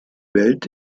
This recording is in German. welt